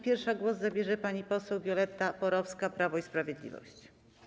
Pierwsza głos zabierze pani poseł Violetta Porowska, Prawo i Sprawiedliwość.